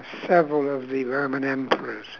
several of the roman emperors